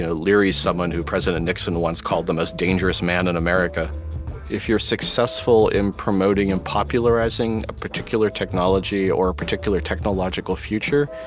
ah leary's someone who president nixon once called the most dangerous man in america if you're successful in promoting and popularizing a particular technology or a particular technological future,